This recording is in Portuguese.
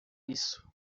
isso